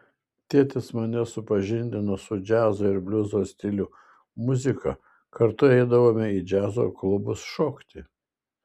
tėtis mane supažindino su džiazo ir bliuzo stilių muzika kartu eidavome į džiazo klubus šokti